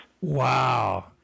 Wow